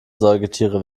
säugetiere